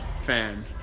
fan